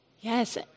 Yes